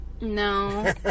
No